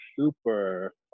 super